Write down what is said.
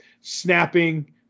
snapping